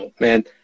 Man